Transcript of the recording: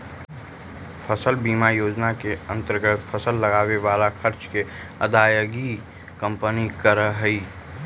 फसल बीमा योजना के अंतर्गत फसल लगावे वाला खर्च के अदायगी कंपनी करऽ हई